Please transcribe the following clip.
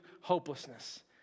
hopelessness